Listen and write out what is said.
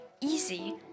easy